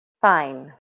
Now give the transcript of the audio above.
fine